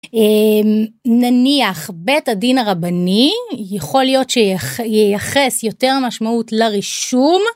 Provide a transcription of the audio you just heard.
נניח בית הדין הרבני יכול להיות שייחס יותר משמעות לרישום.